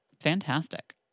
Fantastic